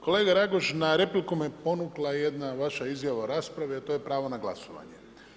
Kolega Raguž, na repliku me ponukla jedna vaša izjava u raspravi a to je pravo na glasovanje.